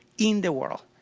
in the world.